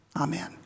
Amen